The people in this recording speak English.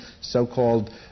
so-called